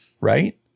Right